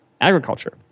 agriculture